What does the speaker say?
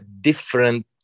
different